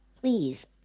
Please